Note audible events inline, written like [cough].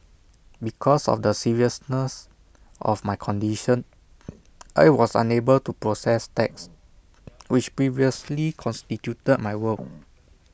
because of the seriousness of my condition [noise] I was unable to process text [noise] which previously constituted my world